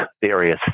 various